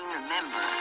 remember